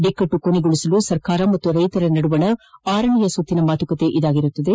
ಬಿಕ್ಕಟ್ಟು ಕೊನೆಗೊಳಿಸಲು ಸರ್ಕಾರ ಮತ್ತು ರೈತರ ನಡುವಿನ ಅರನೇ ಸುತ್ತಿನ ಮಾತುಕತೆ ಇದಾಗಿದೆ